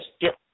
Yes